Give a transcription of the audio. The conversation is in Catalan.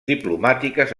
diplomàtiques